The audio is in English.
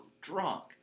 drunk